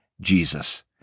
Jesus